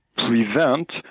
Prevent